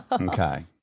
Okay